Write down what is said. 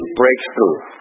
breakthrough